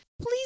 please